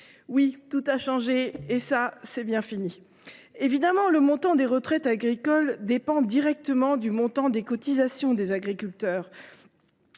Oui, tout a changé, et cela est bien fini. Évidemment, le montant des retraites agricoles dépend directement du montant des cotisations des agriculteurs.